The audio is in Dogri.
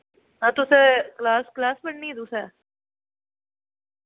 हां तुस क्लास क्लास पढ़नी ऐ तुसें